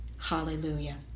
Hallelujah